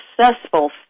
successful